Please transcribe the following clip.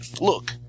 Look